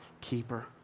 keeper